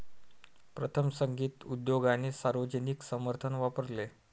प्रथम, संगीत उद्योगाने सार्वजनिक समर्थन वापरले